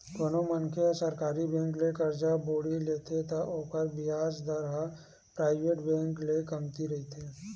कोनो मनखे ह सरकारी बेंक ले करजा बोड़ी लेथे त ओखर बियाज दर ह पराइवेट बेंक ले कमती रहिथे